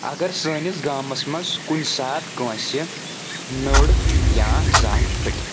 اگر سٲنِس گامَس منٛز کُنہِ ساتہٕ کٲنٛسہِ نٔر یا زنٛگ پھٕٹہِ